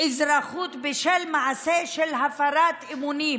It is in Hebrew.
אזרחות בשל מעשה של הפרת אמונים.